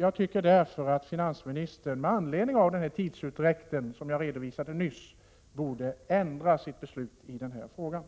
Jag tycker därför att finansministern, med anledning av den tidsutdräkt jag redovisade nyss, borde ändra sitt beslut i den här frågan.